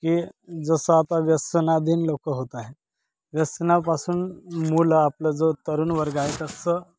की जसं आता व्यसनाधीन लोकं होत आहे व्यसनापासून मुलं आपलं जो तरुण वर्ग आहे तसं